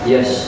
Yes